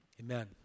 Amen